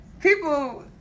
people